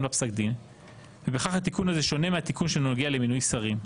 בה פסק דין ובהכרח התיקון הזה שונה מהתיקון שנוגע למינוי שרים.